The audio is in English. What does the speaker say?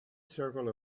circle